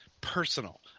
personal